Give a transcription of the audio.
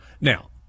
Now